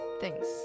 Thanks